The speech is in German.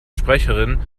sprecherin